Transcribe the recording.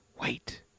wait